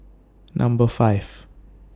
Number five